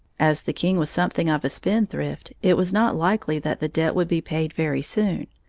as the king was something of a spendthrift, it was not likely that the debt would be paid very soon,